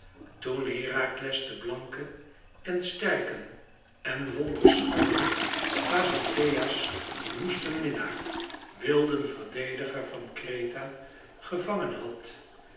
toen herakles den blanken en sterken en wonderschoonen pazifaë's woesten minnaar wilden verdelger van kreta gevangen had